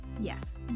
Yes